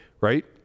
right